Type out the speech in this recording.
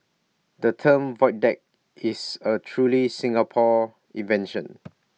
the term void deck is A truly Singapore invention